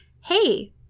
Hey